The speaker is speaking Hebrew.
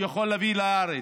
אפשר להביא לארץ.